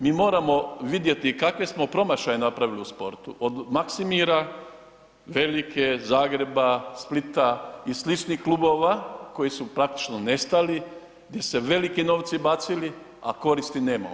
Mi moramo vidjeti kakve smo promašaje napravili u sportu, od Maksimira, Velike, Zagreba, Splita i sličnih klubova koji su praktično nestali, gdje su se veliki novci bacili, a koristi nema.